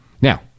Now